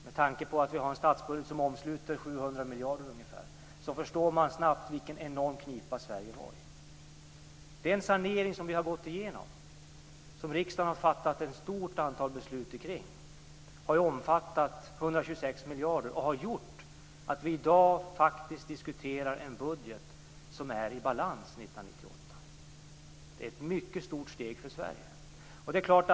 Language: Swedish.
Med tanke på att vi har en statsbudget som omsluter ungefär 700 miljarder förstår man snabbt vilken enorm knipa Sverige var i. Den sanering som vi har gått igenom, och där riksdagen har fattat ett stort antal beslut, har omfattat 126 miljarder och gjort att vi i dag faktiskt diskuterar en budget som är i balans 1998. Det är ett mycket stort steg för Sverige.